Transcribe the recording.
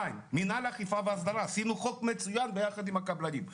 מנכ"ל האכיפה וההסדרה - עשינו חוק מצוין יחד עם הקבלנים.